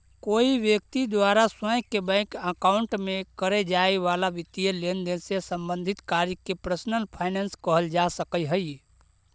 कोई व्यक्ति द्वारा स्वयं के बैंक अकाउंट में करे जाए वाला वित्तीय लेनदेन से संबंधित कार्य के पर्सनल फाइनेंस कहल जा सकऽ हइ